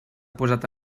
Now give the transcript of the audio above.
posat